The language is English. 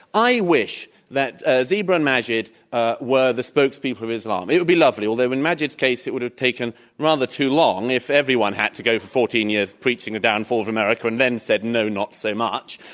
i wish that ah zeba and maajid ah were the spokespeople of islam. it would be lovely. although in maajid's case, it would have taken rather too long if everyone had to go fourteen years of preaching the downfall of america and then said no, not so much.